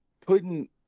putting